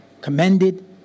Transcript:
commended